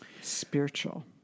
spiritual